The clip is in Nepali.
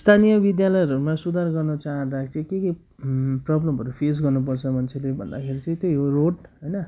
स्थानीय विद्यालयहरूमा सुधार गर्न चाहँदा चाहिँ के के प्रब्लमहरू फेस गर्नुपर्छ मान्छेले भन्दाखेरि चाहिँ त्यही हो रोड होइन